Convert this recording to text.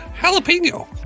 Jalapeno